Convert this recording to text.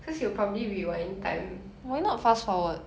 cause you probably rewind time